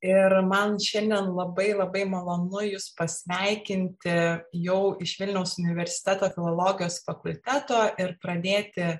ir man šiandien labai labai malonu jus pasveikinti jau iš vilniaus universiteto filologijos fakulteto ir pradėti